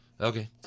Okay